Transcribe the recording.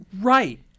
Right